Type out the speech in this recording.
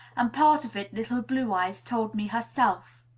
and part of it little blue eyes told me herself.